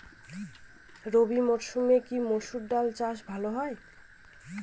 রবি মরসুমে কি মসুর ডাল চাষ ভালো হয়?